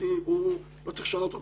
שלא צריך לשנות אותו.